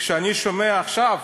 כשאני שומע עכשיו,